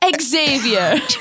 Xavier